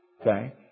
Okay